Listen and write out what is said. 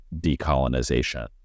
decolonization